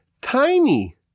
tiny